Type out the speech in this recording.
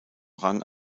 rang